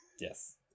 Yes